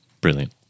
Brilliant